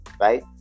right